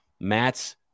Matt's